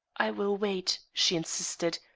i will wait, she insisted.